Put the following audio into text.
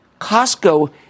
Costco